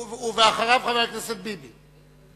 ואחריו, חבר הכנסת ביבי.